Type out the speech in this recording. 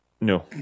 No